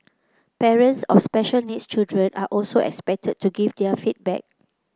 parents of special needs children are also expected to give their feedback